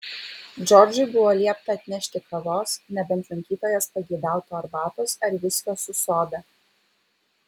džordžui buvo liepta atnešti kavos nebent lankytojas pageidautų arbatos ar viskio su soda